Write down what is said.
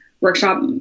workshop